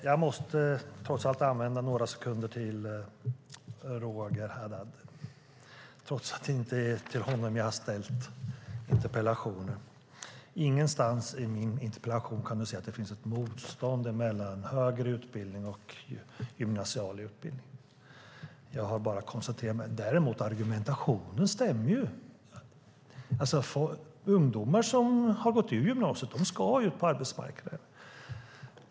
Fru talman! Jag måste använda några sekunder till Roger Haddads inlägg trots att det inte är till honom jag har ställt interpellationen. Ingenstans i min interpellation kan Roger Haddad se att det finns någon motsättning mellan högre utbildning och gymnasial utbildning. Jag bara konstaterar det. Däremot stämmer argumentationen. Ungdomar som har gått ut gymnasiet ska ut på arbetsmarknaden.